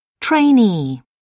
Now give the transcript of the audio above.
Trainee